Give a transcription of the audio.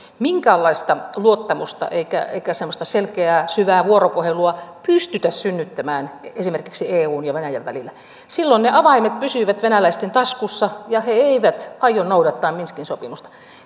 minkäänlaista luottamusta eikä semmoista selkeää syvää vuoropuhelua pystytä synnyttämään esimerkiksi eun ja venäjän välillä silloin ne avaimet pysyvät venäläisten taskussa ja he eivät aio noudattaa minskin sopimusta